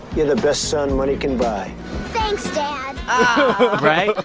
you're the best son money can buy thanks, dad right?